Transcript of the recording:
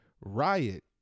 riot